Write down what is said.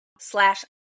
slash